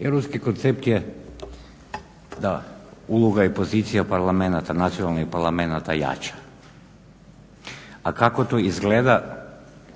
Europski koncept je da uloga i pozicija Parlamenata, načelnih parlamenata jača. A kako to izgleda